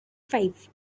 five